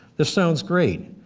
this sounds great,